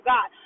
God